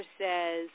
says